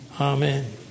Amen